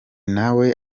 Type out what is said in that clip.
nawe